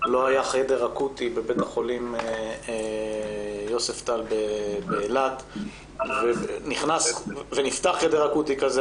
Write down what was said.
לא היה חדר אקוטי בבית חולים יוספטל באילת ונכנס ונפתח חדר אקוטי כזה.